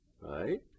right